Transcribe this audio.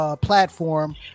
Platform